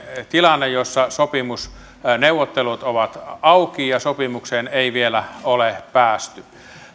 tilanne jossa sopimusneuvottelut ovat auki ja sopimukseen ei vielä ole päästy